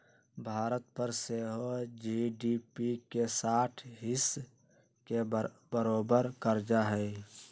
भारत पर सेहो जी.डी.पी के साठ हिस् के बरोबर कर्जा हइ